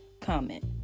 comment